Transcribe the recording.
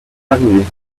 arrivée